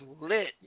lit